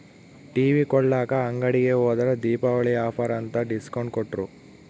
TV ಕೊಳ್ಳಾಕ ಅಂಗಡಿಗೆ ಹೋದ್ರ ದೀಪಾವಳಿ ಆಫರ್ ಅಂತ ಡಿಸ್ಕೌಂಟ್ ಕೊಟ್ರು